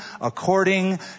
according